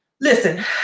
Listen